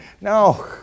No